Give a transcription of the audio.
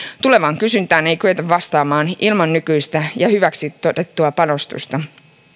tulevaan kysyntään ei kyetä vastaamaan ilman nykyistä ja hyväksi todettua panostusta